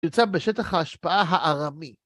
יוצב בשטח ההשפעה הארמי.